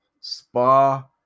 spa